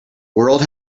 world